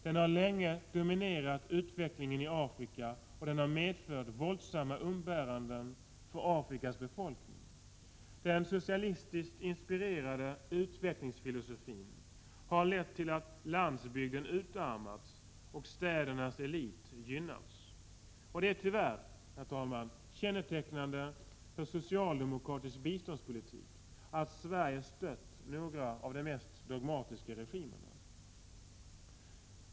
Den har länge dominerat utvecklingen i Afrika och medfört våldsamma umbäranden för Afrikas befolkning. Den socialistiskt inspirerade utvecklingsfilosofin har lett till att landsbygden utarmats och städernas elit gynnats. Det är tyvärr, herr talman, kännetecknande för socialdemokratisk biståndspolitik att Sverige stött några av de mest dogmatiska regimerna.